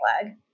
flag